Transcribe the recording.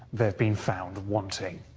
they've been found wanting.